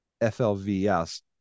FLVS